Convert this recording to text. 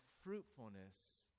fruitfulness